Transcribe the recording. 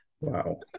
wow